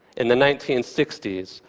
in the nineteen sixty s,